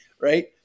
Right